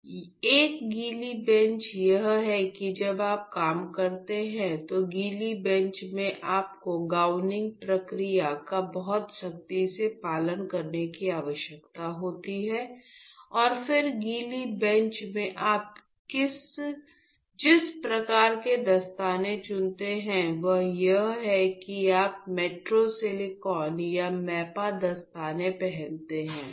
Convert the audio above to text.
एक गीली बेंच यह है कि जब आप काम करते हैं तो गीली बेंच में आपको गाउनिंग प्रक्रिया का बहुत सख्ती से पालन करने की आवश्यकता होती है और फिर गीली बेंच में आप जिस प्रकार के दस्ताने चुनते हैं वह यह है कि आप मोटे सिलिकॉन या मैपा दस्ताने पहनते हैं